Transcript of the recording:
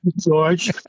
George